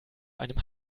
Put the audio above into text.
einem